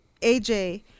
aj